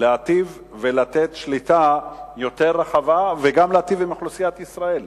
להיטיב ולתת שליטה יותר רחבה וגם להיטיב עם אוכלוסיית ישראל.